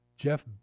Jeff